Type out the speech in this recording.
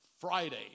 Friday